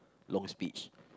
long speech